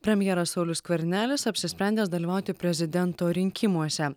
premjeras saulius skvernelis apsisprendęs dalyvauti prezidento rinkimuose